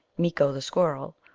miko the squirrel,